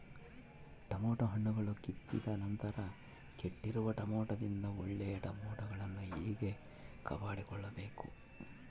Tomato ಹಣ್ಣುಗಳನ್ನು ಕಿತ್ತಿದ ನಂತರ ಕೆಟ್ಟಿರುವ ಟೊಮೆಟೊದಿಂದ ಒಳ್ಳೆಯ ಟೊಮೆಟೊಗಳನ್ನು ಹೇಗೆ ಕಾಪಾಡಿಕೊಳ್ಳಬೇಕು?